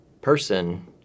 person